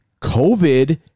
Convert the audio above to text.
COVID